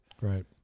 right